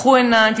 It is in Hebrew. פקחו עיניים,